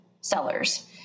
sellers